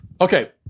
Okay